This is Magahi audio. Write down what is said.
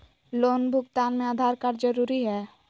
लोन भुगतान में आधार कार्ड जरूरी है?